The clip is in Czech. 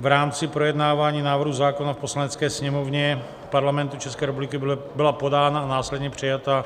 V rámci projednávání návrhu zákona v Poslanecké sněmovně Parlamentu České republiky byla podána a následně přijata